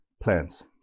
plans